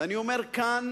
ואני אומר כאן,